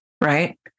right